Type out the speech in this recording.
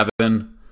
seven